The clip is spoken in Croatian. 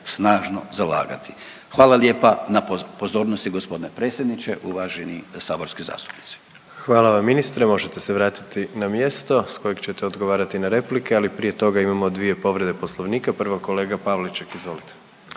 snažno zalagati. Hvala lijepa na pozornosti gospodine predsjedniče, uvaženi saborski zastupnici. **Jandroković, Gordan (HDZ)** Hvala vam ministre. Možete se vratiti na mjesto sa kojeg ćete odgovarati na replike, ali prije toga imamo dvije povrede Poslovnika. Prvo kolega Pavliček, izvolite.